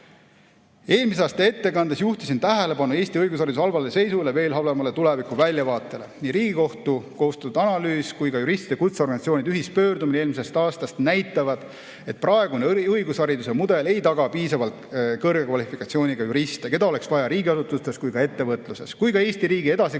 Eelmise aasta ettekandes juhtisin tähelepanu Eesti õigushariduse halvale seisule ja veel halvemale tulevikuväljavaatele. Nii Riigikohtu koostatud analüüs kui ka juristide kutseorganisatsioonide ühispöördumine eelmisest aastast näitavad, et praegune õigushariduse mudel ei taga piisavalt kõrge kvalifikatsiooniga juriste, keda oleks vaja nii riigiasutustes, ettevõtluses kui ka Eesti riigi edasikandmiseks ja